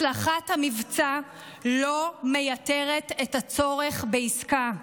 הצלחת המבצע לא מייתרת את הצורך בעסקה.